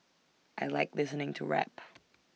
I Like listening to rap